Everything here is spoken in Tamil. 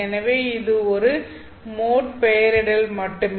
எனவே இது ஒரு மொட் பெயரிடல் மட்டுமே